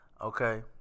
Okay